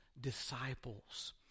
disciples